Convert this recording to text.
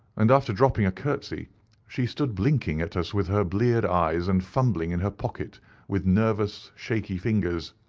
and after dropping a curtsey, she stood blinking at us with her bleared eyes and fumbling in her pocket with nervous, shaky fingers.